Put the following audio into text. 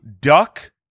Duck